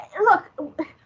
Look